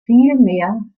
vielmehr